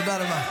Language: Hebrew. תודה רבה.